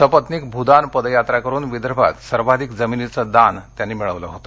सपत्नीक भूदान पदयात्रा करून विदर्भात सर्वाधिक जमिनीचे दान मिळविले होते